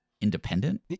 independent